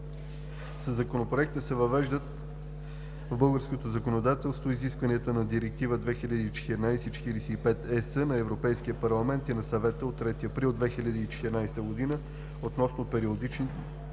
Със Законопроекта се въвеждат в българското законодателство изискванията на Директива 2014/45/ЕС на Европейския парламент и на Съвета от 3 април 2014 г. относно периодичните